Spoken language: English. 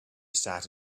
sat